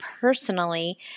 personally